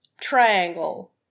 triangle